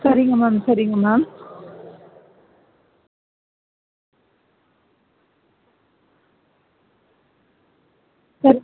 சரிங்க மேம் சரிங்க மேம் சரி